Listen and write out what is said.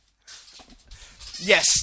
Yes